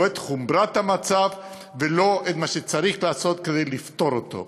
לא את חומרת המצב ולא מה שצריך לעשות כדי לפתור אותו.